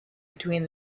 between